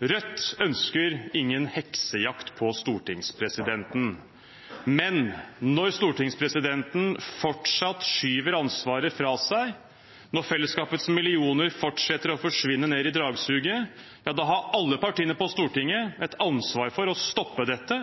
Rødt ønsker ingen heksejakt på stortingspresidenten, men når stortingspresidenten fortsatt skyver ansvaret fra seg, når fellesskapets millioner fortsetter å forsvinne ned i dragsuget, har alle partiene på Stortinget et ansvar for å stoppe dette